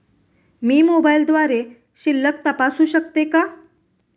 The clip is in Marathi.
मी मोबाइलद्वारे शिल्लक तपासू शकते का?